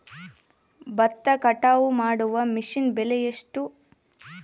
ಭತ್ತ ಕಟಾವು ಮಾಡುವ ಮಿಷನ್ ಬೆಲೆ ಎಷ್ಟು?